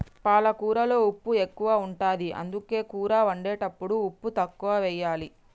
పాలకూరలో ఉప్పు ఎక్కువ ఉంటది, అందుకే కూర వండేటప్పుడు ఉప్పు తక్కువెయ్యాలి